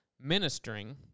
ministering